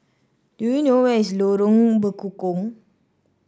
do you know where is Lorong Bekukong